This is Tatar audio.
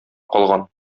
калган